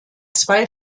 zwei